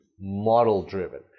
model-driven